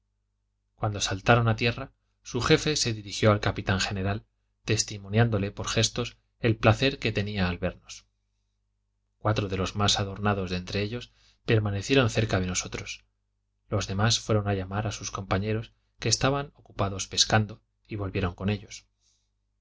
cuando saltaron a tierra su jefe se dirigió al capitán general testimoniándole por gestos el placer que tenía al vernos cuatro de los más adornados de entre ellos permanecieron cerca de nosotros los demás fueron a llamar a sus compañeros que estaban ocupados pescando y volvieron con ellos el